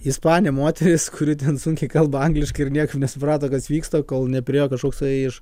ispanė moteris kuri sunkiai kalba angliškai ir niekaip nesuprato kas vyksta kol nepriėjo kažkoksai iš